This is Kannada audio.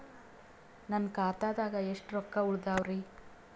ನನ್ನ ಖಾತಾದಾಗ ಎಷ್ಟ ರೊಕ್ಕ ಉಳದಾವರಿ?